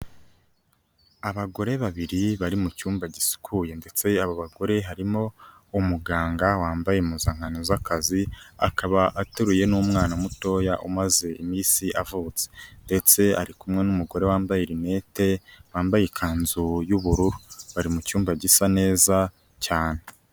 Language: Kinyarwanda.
Abagore babiri bari mu cyumba gisukuye ndetse aba bagore harimo umuganga wambaye impuzankano z'akazi, akaba aturuye n'umwana mutoya umaze iminsi avutse. Ndetse ari kumwe n'umugore wambaye rinete, wambaye ikanzu y'ubururu. Bari mu cyumba gisa neza cyane.